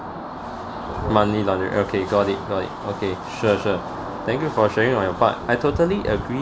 money laundry okay got it got it okay sure sure thank you for sharing on your part I totally agree